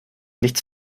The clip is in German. nichts